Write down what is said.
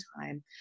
time